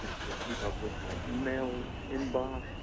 just to keep up with my email inbox